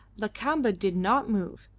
lakamba did not move,